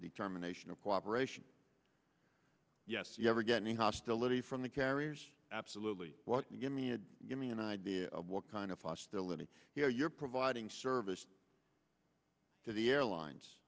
determination of cooperation yes you ever get any hostility from the carriers absolutely what you give me a give me an idea of what kind of hostility here you're providing service to the airlines